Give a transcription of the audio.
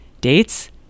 Dates